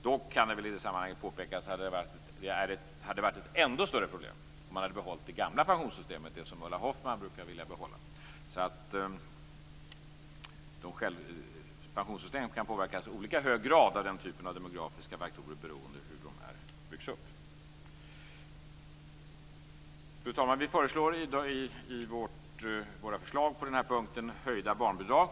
Dock kan det i sammanhanget påpekas att det hade varit ett ännu större problem om man hade behållit det gamla pensionssystemet, det system som Ulla Hoffmann vill behålla. Pensionssystemet kan påverkas i olika hög grad av den typen av demografiska faktorer beroende på hur de byggs upp. Fru talman! Vi har lagt fram förslag om höjda barnbidrag.